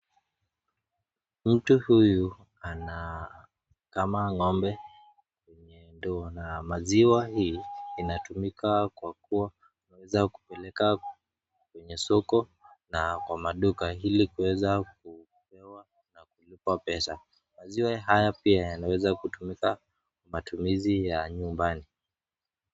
Mtu huyu anakama ng'ombe kwenye ndoo na maziwa hii inatumika kwa kuwa anaweza kupeleka kwenye soko na kwa maduka ili kuweza kupewa na kulipwa pesa. Maziwa haya pia yanaweza kutumika kwa matumizi ya nyumbani.